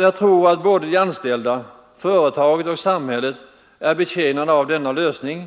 Jag tror att såväl de anställda och företagen som samhället är betjänta av denna lösning,